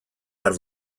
behar